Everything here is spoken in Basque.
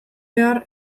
behar